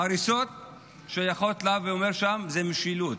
ההריסות שייכות לה --- זו משילות,